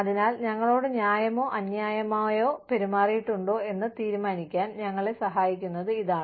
അതിനാൽ ഞങ്ങളോട് ന്യായമായോ അന്യായമായോ പെരുമാറിയിട്ടുണ്ടോ എന്ന് തീരുമാനിക്കാൻ ഞങ്ങളെ സഹായിക്കുന്നത് ഇതാണ്